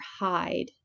hide